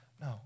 no